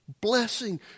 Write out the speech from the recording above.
Blessing